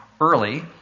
early